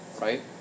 right